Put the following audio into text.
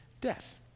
death